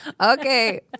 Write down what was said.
Okay